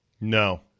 No